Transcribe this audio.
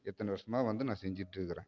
இத்தனை வருஷமா வந்து நான் செஞ்சிட்ருக்கிறேன்